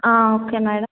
ఆ okay madam